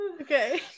okay